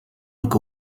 look